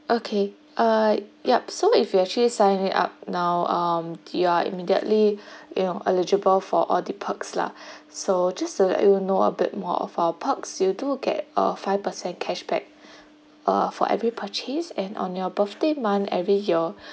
okay uh yup so if you actually signing up now um you are immediately you know eligible for all the perks lah so just that you know a bit more of our parks you do get uh five percent cashback uh for every purchase and on your birthday month every year